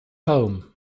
home